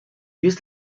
use